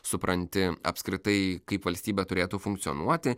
supranti apskritai kaip valstybė turėtų funkcionuoti